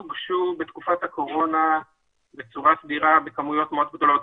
בתקופת הקורונה הוגשו בקשות בצורה סדירה בכמויות מאוד גדולות.